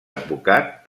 advocat